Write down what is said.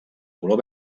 color